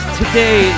today